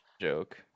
joke